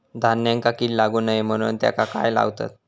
धान्यांका कीड लागू नये म्हणून त्याका काय लावतत?